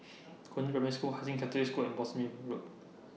Concord Primary School Hai Sing Catholic School and Boscombe Road